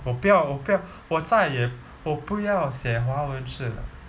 我不要我不要我再也不要写华文吃的 de